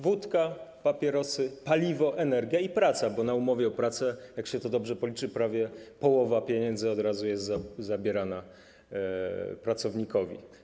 Wódka, papierosy, paliwo, energia i praca, bo na umowie o pracę, jak to się dobrze policzy, prawie połowa pieniędzy od razu jest zabierana pracownikowi.